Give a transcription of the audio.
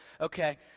okay